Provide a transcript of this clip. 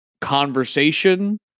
conversation